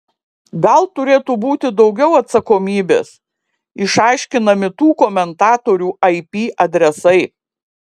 gal turėtų būti daugiau atsakomybės išaiškinami tų komentatorių ip adresai